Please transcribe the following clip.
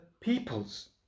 peoples